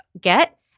get